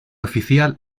oficial